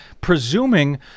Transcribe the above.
presuming